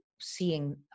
Seeing